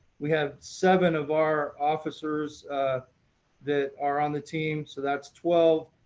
we have seven of our officers that are on the team, so that's twelve